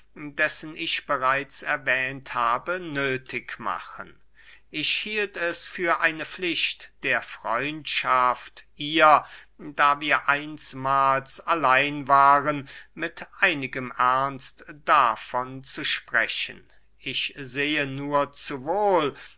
dessen ich bereits erwähnt habe nöthig machen ich hielt es für eine pflicht der freundschaft ihr da wir einsmahls allein waren mit einigem ernst davon zu sprechen ich sehe nur zu wohl